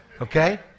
okay